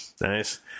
Nice